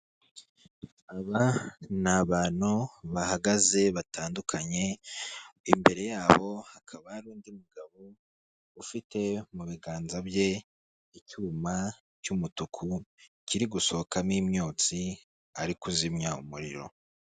Aba n'abantu bahagaze batandukanye imbere yabo hakaba hari undi mugabo ufite mu biganza bye icyuma cy'umutuku kiri gusohokamo imyotsi ari kuzimya umuriro.